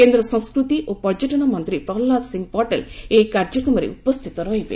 କେନ୍ଦ୍ର ସଂସ୍କୃତି ଓ ପର୍ଯ୍ୟଟନ ମନ୍ତ୍ରୀ ପ୍ରହଲ୍ଲାଦ ସିଂହ ପଟେଲ ଏହି କାର୍ଯ୍ୟକ୍ରମରେ ଉପସ୍ଥିତ ରହିବେ